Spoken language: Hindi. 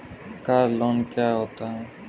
कार लोन क्या होता है?